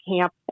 camp